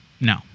No